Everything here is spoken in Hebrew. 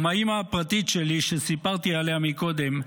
ומהאימא פרטית שלי, שסיפרתי עליה קודם,